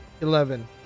eleven